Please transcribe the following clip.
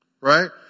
right